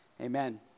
Amen